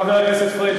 חבר הכנסת פריג',